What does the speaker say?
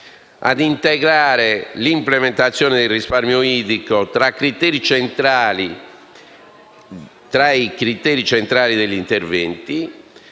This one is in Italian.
«ad integrare l’implementazione del risparmio idrico tra i criteri centrali degli interventi».